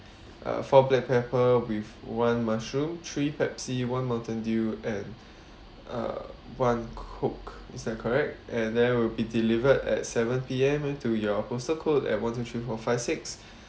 uh four black pepper with one mushroom three pepsi one mountain dew and uh one coke is that correct and they will be delivered at seven P_M to your postal code at one two three four five six